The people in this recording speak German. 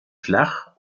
flach